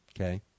okay